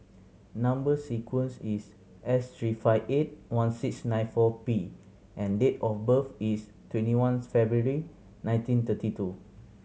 number sequence is S three five eight one six nine four P and date of birth is twenty one February nineteen thirty two